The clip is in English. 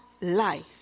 life